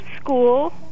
school